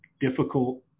difficult